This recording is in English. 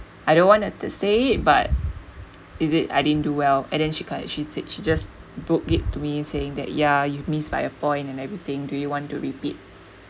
I don't want to say it but is it I didn't do well and then she quite she said she just broke it to me and saying that ya you missed by a point and everything do you want to repeat